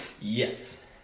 Yes